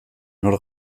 nor